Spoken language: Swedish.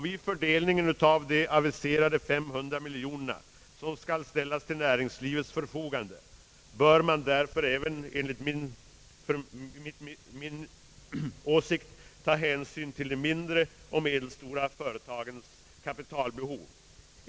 Vid fördelningen av de aviserade 500 miljonerna som skall ställas till näringslivets förfogande bör man därför även enligt min åsikt ta hänsyn till de mindre och medelstora industriföretagens kapitalbehov.